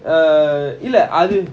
uh இல்ல அது:illa athu